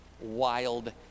Wild